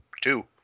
two